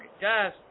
guys